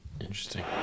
Interesting